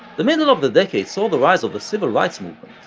the middle of the decade saw the rise of the civil rights